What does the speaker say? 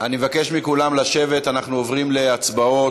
אני מבקש מכולם לשבת, אנחנו עוברים להצבעות